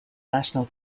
national